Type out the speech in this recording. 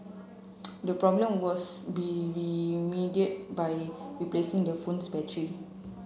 the problem was be remedied by replacing the phone's battery